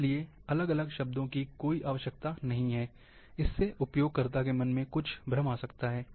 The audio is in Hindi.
इसलिए अलग अलग शब्दों की कोई आवश्यकता नहीं है इससे उपयोगकर्ताओं के मन में कुछ भ्रम आ सकता है